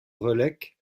relecq